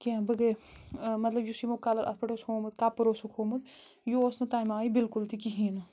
کیٚنٛہہ بہٕ گٔے مطلب یُس یِمو کَلر اَتھ پٮ۪ٹھ اوس ہومُت کَپُر اوسُکھ ہومُت یہِ اوس نہٕ تَمہِ آیہِ بلکُل تہِ کِہیٖنۍ نہٕ